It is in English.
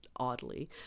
Oddly